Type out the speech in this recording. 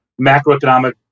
macroeconomic